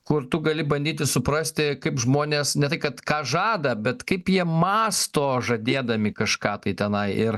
kur tu gali bandyti suprasti kaip žmonės ne tai kad ką žada bet kaip jie mąsto žadėdami kažką tai tenai ir